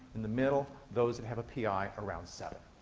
in the middle, those that have a pi around seven.